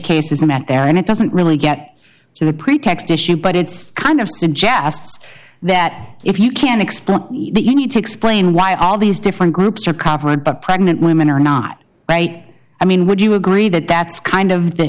case is a man there and it doesn't really get to the pretext issue but it's kind of suggests that if you can explain that you need to explain why all these different groups are covered but pregnant women are not right i mean would you agree that that's kind of the